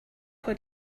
what